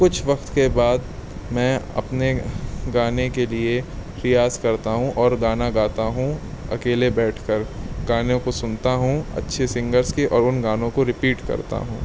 کچھ وقت کے بعد میں اپنے گانے کے لیے ریاض کرتا ہوں اور گانا گاتا ہوں اکیلے بیٹھ کر گانوں کو سنتا ہوں اچھے سنگرس کی اور ان گانوں کو ریپیٹ کرتا ہوں